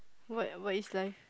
what what is life